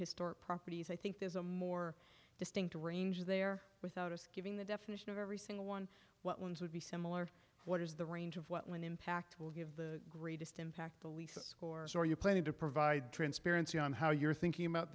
historic properties i think there's a more distinct range there without us giving the definition of every single one what ones would be similar what is the range of what when impact will give the greatest impact the least scores or you're planning to provide transparency on how you're thinking about